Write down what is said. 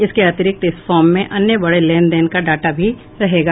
इसके अतिरिक्त इस फार्म में अन्य बड़े लेनदेन का डाटा भी रहेगा